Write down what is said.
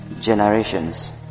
generations